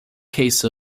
case